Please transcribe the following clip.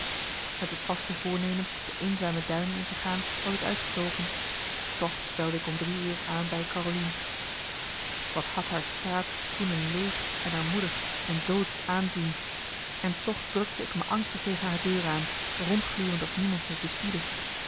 met het vaste voornemen de eenzame duinen in te gaan was ik uitgetogen toch belde ik om drie uur aan bij carolien wat had haar straat toen een leeg en armoedig en doodsch aanzien en toch drukte ik me angstig tegen haar deur aan rondglurend of niemand me bespiedde